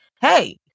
hey